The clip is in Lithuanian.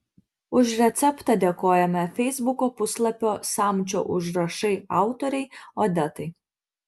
už receptą dėkojame feisbuko puslapio samčio užrašai autorei odetai